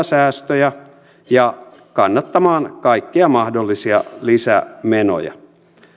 säästöjä ja kannattamaan kaikkia mahdollisia lisämenoja